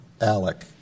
ALEC